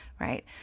Right